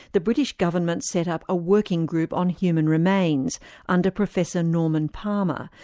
the british government set up a working group on human remains under professor norman palmer,